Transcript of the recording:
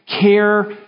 care